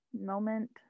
moment